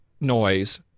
noise